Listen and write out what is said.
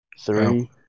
Three